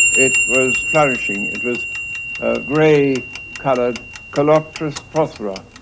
it was flourishing, it was a grey coloured calotropis procera.